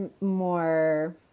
more